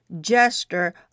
gesture